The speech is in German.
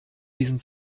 diesen